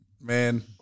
man